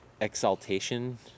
exaltation